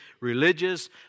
religious